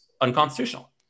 unconstitutional